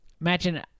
Imagine